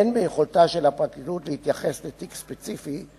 אין ביכולתה של הפרקליטות להתייחס לתיק ספציפי,